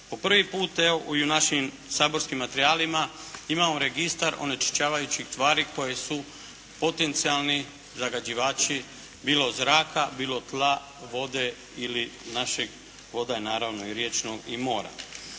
Po prvi puta evo i u našim saborskim materijalima imamo registar onečišćavajućih tvari koje su potencijalni zagađivači bilo zraka, bilo tla, vode ili naših voda, naravno i riječnog i mora.